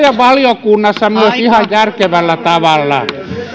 myös valiokunnassa ihan järkevällä tavalla